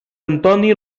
antoni